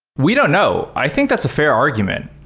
we don't know. i think that's a fair argument.